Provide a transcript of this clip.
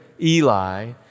Eli